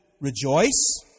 Rejoice